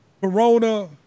Corona